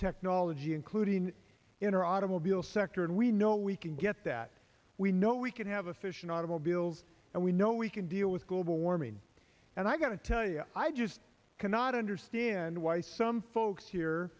technology including inner automobile sector and we know we can get that we know we can have a fission automobiles and we know we can deal with global warming and i got to tell you i just cannot understand why some folks here